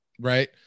Right